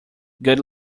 good